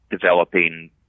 developing